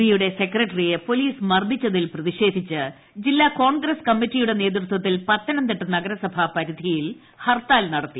പിയുടെ സെക്രട്ടറിയെ പോലീസ് മർദ്ദിച്ചതിൽ പ്രതിഷേധിച്ച് ജില്ലാ കോൺഗ്രസ് കമ്മിറ്റിയുടെ നേതൃത്വത്തിൽ പത്തനംതിട്ട നഗരസഭാ പരിധിയിൽ ഹർത്താൽ നടത്തി